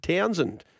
Townsend